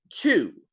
Two